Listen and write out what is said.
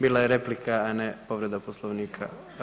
Bila je replika, a ne povreda Poslovnika.